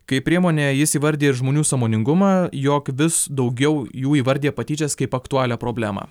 kaip priemonę jis įvardija ir žmonių sąmoningumą jog vis daugiau jų įvardija patyčias kaip aktualią problemą